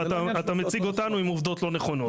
ואתה מציג אותנו עם עובדות לא נכונות.